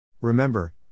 Remember